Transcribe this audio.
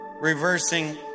reversing